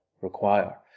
require